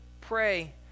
pray